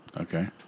Okay